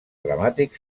dramàtic